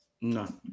No